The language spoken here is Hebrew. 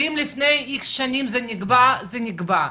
ואם לפני איקס שנים, זה נקבע, זה נקבע.